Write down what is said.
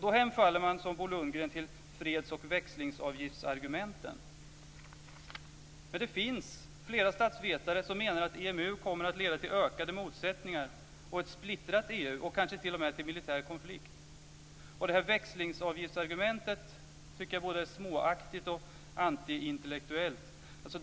Då hemfaller man som Bo Lundgren till fredsoch växlingsavgiftsargumenten. Men det finns flera statsvetare som menar att EMU kommer att leda till ökade motsättningar och ett splittrat EU och kanske t.o.m. till militär konflikt. Växlingsavgiftsargumentet tycker jag är både småaktigt och antiintellektuellt.